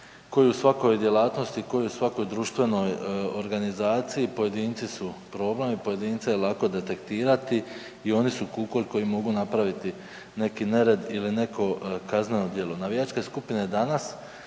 ko i u svakoj djelatnosti, ko i u svakoj društvenoj organizaciji pojedinici su problem i pojedince je lako detektirati i oni su kukolj koji mogu napraviti neki nered ili neko kazneno djelo. Navijačke skupine danas